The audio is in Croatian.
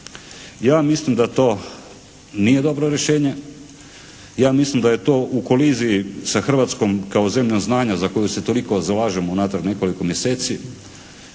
Ja mislim da to nije dobro rješenje, ja mislim da je to u koliziji sa Hrvatskom kao zemljom znanja za koju se toliko zalažemo unatrag nekoliko mjeseci,